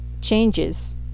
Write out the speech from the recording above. changes